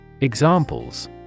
Examples